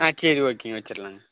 ஆ சரி ஓகேங்க வச்சிடலாங்க